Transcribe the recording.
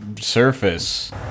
surface